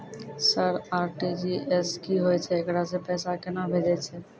Sir RTGS की होय छै, एकरा से पैसा केना भेजै छै?